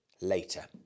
later